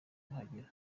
kuhagera